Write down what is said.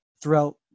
throughout